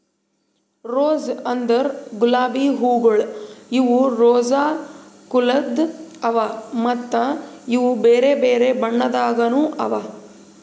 rose ಅಂದುರ್ ಗುಲಾಬಿ ಹೂವುಗೊಳ್ ಇವು ರೋಸಾ ಕುಲದ್ ಅವಾ ಮತ್ತ ಇವು ಬೇರೆ ಬೇರೆ ಬಣ್ಣದಾಗನು ಅವಾ